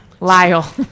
Lyle